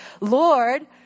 Lord